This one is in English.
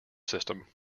system